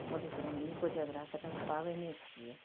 मधुश्रामणी कोजगरा सबटा तऽ पाबनि छियै